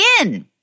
again